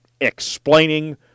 explaining